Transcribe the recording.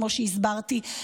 כמו שהסברתי,